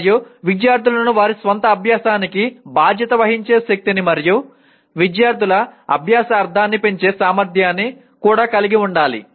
మరియు విద్యార్థులను వారి స్వంత అభ్యాసానికి బాధ్యత వహించే శక్తిని మరియు విద్యార్థుల అభ్యాస అర్ధాన్ని పెంచే సామర్థ్యాన్ని కూడా కలిగి ఉండాలి